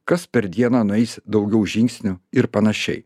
kas per dieną nueis daugiau žingsnių ir panašiai